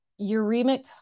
uremic